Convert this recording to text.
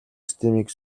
системийг